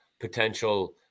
potential